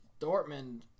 Dortmund